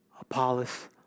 Apollos